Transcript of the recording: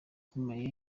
ukomeye